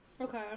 Okay